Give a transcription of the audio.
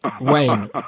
Wayne